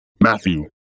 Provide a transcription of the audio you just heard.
Matthew